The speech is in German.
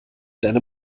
deine